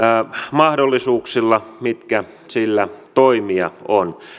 mahdollisuuksilla mitkä sillä toimia on